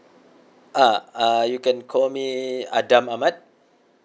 uh uh you can call me adam ahmad